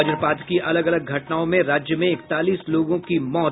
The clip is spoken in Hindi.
वज्रपात की अलग अलग घटनाओं में राज्य में इकतालीस लोगों की मौत